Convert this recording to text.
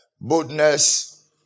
Boldness